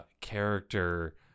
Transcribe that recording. character